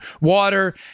water